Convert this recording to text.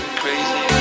crazy